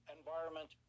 environment